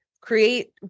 create